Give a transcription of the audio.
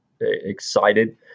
excited